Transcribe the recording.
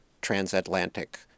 transatlantic